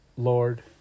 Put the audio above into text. Lord